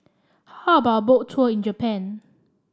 how about a Boat Tour in Japan